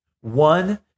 One